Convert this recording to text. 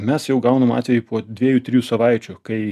mes jau gaunam atvejį po dviejų trijų savaičių kai